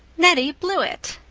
nettie blewett!